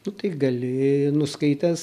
nu tai gali nuskaitęs